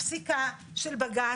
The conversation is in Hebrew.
הפסיקה של בג"ץ,